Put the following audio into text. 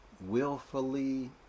willfully